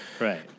Right